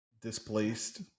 Displaced